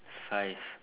five